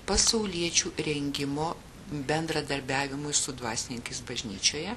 pasauliečių rengimo bendradarbiavimui su dvasininkais bažnyčioje